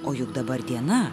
o juk dabar diena